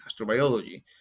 Astrobiology